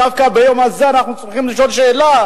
דווקא ביום הזה אנחנו צריכים לשאול שאלה: